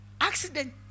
accident